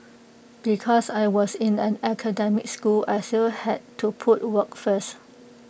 because I was in an academic school I still had to put work first